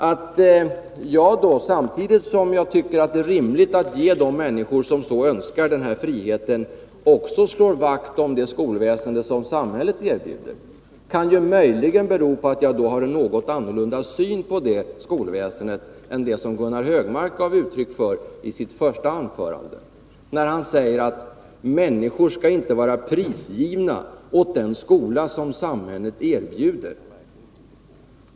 Att jag, samtidigt som jag tycker att det är rimligt att ge de människor som så önskar den här friheten, också slår vakt om det skolväsende som samhället erbjuder kan möjligen bero på att jag har en något annan syn på det skolväsendet än den som Gunnar Hökmark gav uttryck åt i sitt första anförande, där han sade att människor inte skall vara prisgivna åt den skola som samhället erbjuder.